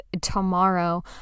tomorrow